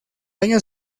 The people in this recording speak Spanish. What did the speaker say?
año